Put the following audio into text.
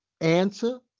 answer